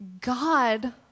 God